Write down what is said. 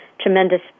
tremendous